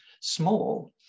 small